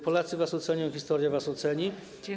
Polacy was ocenią, historia was oceni.